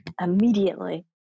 Immediately